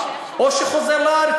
או שהוא חוזר לארץ.